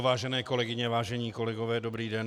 Vážené kolegyně, vážení kolegové, dobrý den.